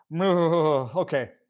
Okay